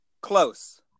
close